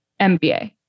MBA